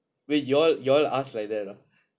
wait you all you all ask like that ah